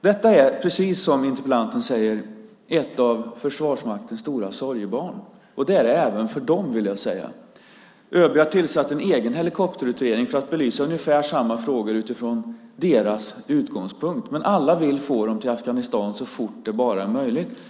Detta är, precis som interpellanten säger, ett av Försvarsmaktens stora sorgebarn. Det är det även för dem, vill jag säga. ÖB har tillsatt en egen helikopterutredning för att belysa ungefär samma frågor utifrån deras utgångspunkt, men alla vill få helikoptrarna till Afghanistan så fort det bara är möjligt.